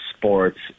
sports